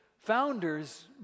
founders